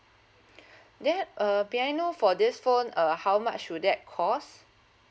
then uh may I know for this phone uh how much will that cost